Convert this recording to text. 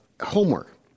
homework